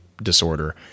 disorder